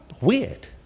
weird